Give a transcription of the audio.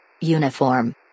Uniform